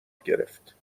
گرفت